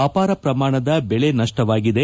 ಅಪಾರ ಪ್ರಮಾಣದ ಬೆಳೆನಷ್ಟವಾಗಿದೆ